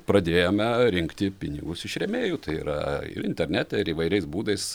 pradėjome rinkti pinigus iš rėmėjų tai yra ir internete ir įvairiais būdais